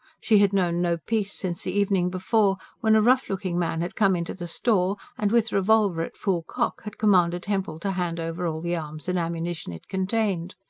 she had known no peace since the evening before, when a rough-looking man had come into the store and, with revolver at full cock, had commanded hempel to hand over all the arms and ammunition it contained.